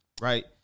right